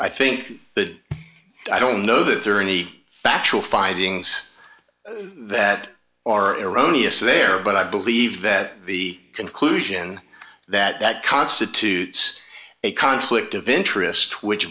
i think that i don't know that there are any factual findings that are irania so there but i believe that the conclusion that constitutes a conflict of interest which